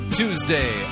tuesday